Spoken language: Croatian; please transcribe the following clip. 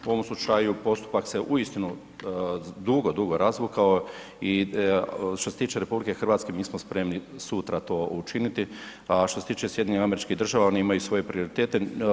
U ovom slučaju postupak se uistinu dugo, dugo razvukao i što se tiče RH mi smo spremni sutra to učiniti, a što se tiče SAD-a oni imaju svoje prioritete.